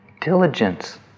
diligence